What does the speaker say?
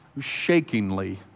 shakingly